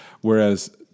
Whereas